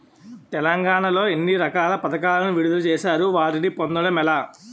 తెలంగాణ లో ఎన్ని రకాల పథకాలను విడుదల చేశారు? వాటిని పొందడం ఎలా?